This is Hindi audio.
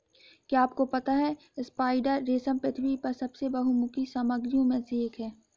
क्या आपको पता है स्पाइडर रेशम पृथ्वी पर सबसे बहुमुखी सामग्रियों में से एक है?